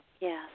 Yes